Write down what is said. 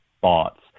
thoughts